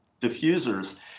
diffusers